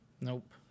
Nope